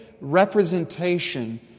representation